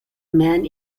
man